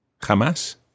Jamás